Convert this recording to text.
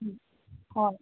ꯎꯝ ꯍꯣꯏ